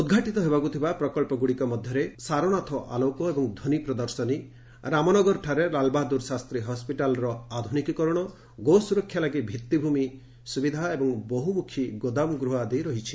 ଉଦ୍ଘାଟନ ହେବାକୁ ଥିବା ପ୍ରକଳ୍ପଗୁଡ଼ିକ ମଧ୍ୟରେ ସାରନାଥ ଆଲୋକ ଏବଂ ଧ୍ୱନି ପ୍ରଦଶର୍ନୀ ରାମନଗରଠାରେ ଲାଲ୍ବାହାଦୁର ଶାସ୍ତ୍ରୀ ହସ୍କିଟାଲ୍ର ଆଧୁନିକୀକରଣ ଗୋ ସୁରକ୍ଷା ଲାଗି ଭିଭିଭିମି ସୁବିଦା ଏବଂ ବହୁମୁଖୀ ଗୋଦାମ ଗୃହ ଆଦି ରହିଛି